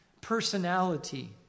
personality